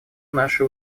наши